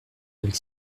avec